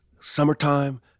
summertime